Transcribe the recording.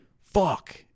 Fuck